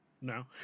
No